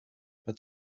but